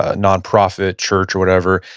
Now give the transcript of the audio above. ah non-profit, church, whatever,